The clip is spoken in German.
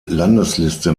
landesliste